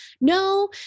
No